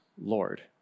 Lord